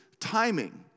timing